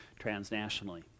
transnationally